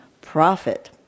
profit